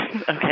Okay